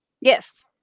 Yes